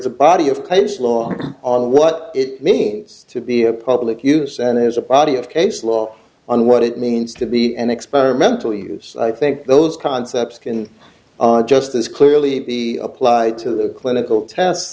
a body of page law on what it means to be a public use and there's a body of case law on what it means to be an experimental use i think those concepts can just as clearly be applied to the clinical test